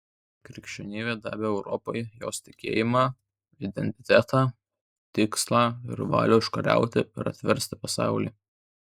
krikščionybė davė europai jos tikėjimą identitetą tikslą ir valią užkariauti ir atversti pasaulį